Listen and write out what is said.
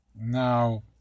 Now